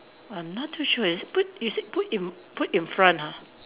I'm not too sure is it put you said put in put in front ah